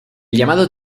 llamado